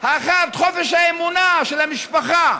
האחת, חופש האמונה של המשפחה,